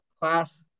class –